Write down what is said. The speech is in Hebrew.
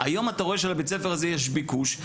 היום אתה רואה שלבית הספר הזה יש ביקוש,